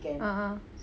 ah ah